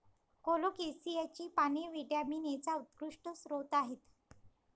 कोलोकेसियाची पाने व्हिटॅमिन एचा उत्कृष्ट स्रोत आहेत